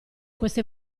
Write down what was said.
queste